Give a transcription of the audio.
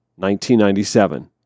1997